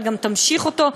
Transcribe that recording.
אבל גם תמשיך אותו,